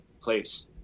place